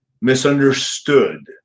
misunderstood